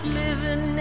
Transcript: living